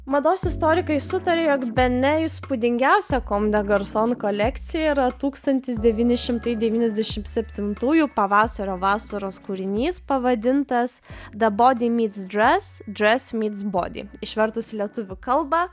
mados istorikai sutaria jog bene įspūdingiausia kom de garson kolekcija yra tūkstantis devyni šimtai devyniasdešimt septintųjų pavasario vasaros kūrinys pavadintas da body myts dres dres myts body išvertus į lietuvių kalbą